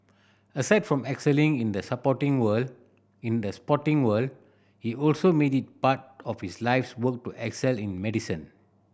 aside from excelling in the supporting world in the sporting world he also made it part of his life's work to excel in medicine